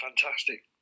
fantastic